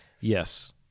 Yes